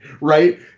right